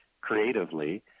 creatively